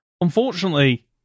Unfortunately